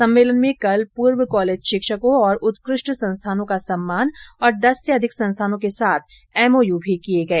सम्मेलन में कल पूर्व कॉलेज शिक्षकों और उत्कृष्ट संस्थानों केा सम्मान तथा दस से अधिक संस्थानों के साथ एमओयू भी किए गए